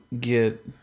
get